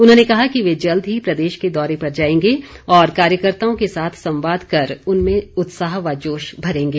उन्होंने कहा कि वे जल्द ही प्रदेश के दौरे पर जाएंगे और कार्यकर्ताओं के साथ संवाद कर उनमें उत्साह व जोश भरेंगे